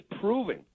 proving